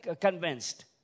convinced